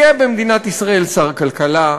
יהיה במדינת ישראל שר כלכלה,